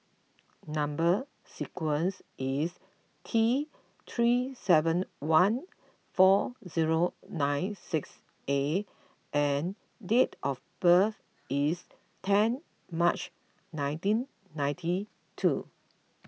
Number Sequence is T three seven one four zero nine six A and date of birth is ten March nineteen ninety two